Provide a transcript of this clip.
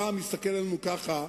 מסתכל עלינו ככה,